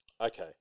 Okay